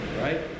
right